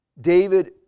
David